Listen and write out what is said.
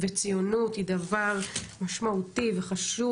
וציונות היא דבר משמעותי וחשוב,